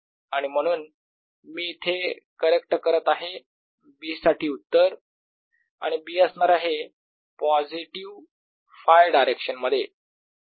आणि म्हणून मी इथं करेक्ट करत आहे B साठी उत्तर आणि B असणार आहे पॉझिटिव्ह Φ डायरेक्शन मध्ये